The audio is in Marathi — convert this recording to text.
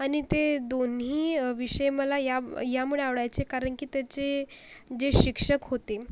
आणि ते दोन्ही विषय मला या यामुळे आवडायचे कारण की त्याचे जे शिक्षक होते